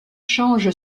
change